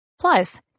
Plus